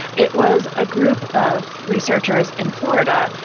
it was a group of researchers in florida.